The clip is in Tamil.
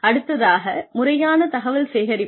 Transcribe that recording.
அடுத்ததாக முறையான தகவல் சேகரிப்பு